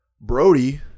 Brody